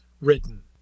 written